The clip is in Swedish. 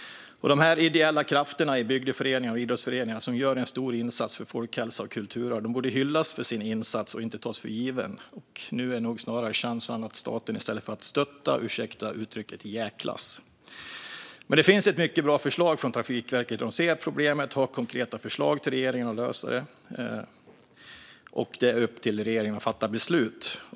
De ideella krafterna i bygdeföreningar och idrottsföreningar som gör en stor insats när det gäller folkhälsa och kulturarv borde hyllas för sina insatser och inte tas för givna. Nu är nog känslan att staten jäklas - ursäkta uttrycket - i stället för att stötta. Men det finns ett mycket bra förslag från Trafikverket. De ser problemet och har konkreta förslag till regeringen för att lösa det. Det är upp till regeringen att fatta beslut.